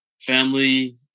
family